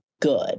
good